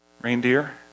reindeer